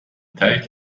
tight